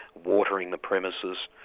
watering the premises,